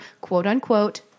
quote-unquote